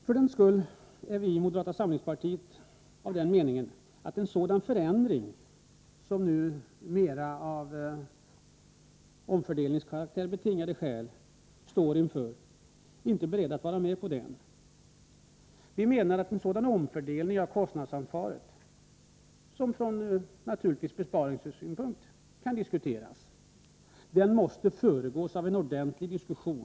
För den skull är vi i moderata samlingspartiet inte beredda att vara med på en sådan förändring, mera betingad av omfördelningsskäl, som vi nu står inför. Vi menar att en sådan omfördelning av kostnadsansvaret, som naturligtvis kan diskuteras ur besparingssynpunkt, måste föregås av en ordentligt diskussion.